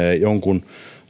jonkun